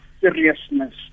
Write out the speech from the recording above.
seriousness